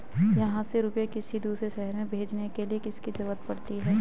यहाँ से रुपये किसी दूसरे शहर में भेजने के लिए किसकी जरूरत पड़ती है?